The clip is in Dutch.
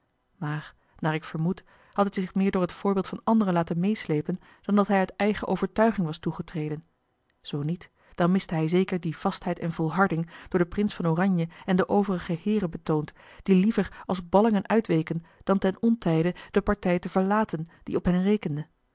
maar naar ik vermoed had hij zich meer door het voorbeeld van anderen laten meêsleepen dan dat hij uit eigen overtuiging was toegetreden zoo niet dan miste hij zeker die vastheid en volharding door den prins van oranje en de overige heeren betoond die liever als ballingen uitweken dan ten ontijde de partij te verlaten die op hen rekende